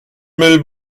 müll